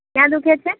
ક્યાં દુઃખે છે